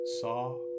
saw